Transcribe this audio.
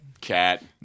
cat